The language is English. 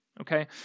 okay